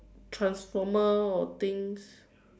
transformer or things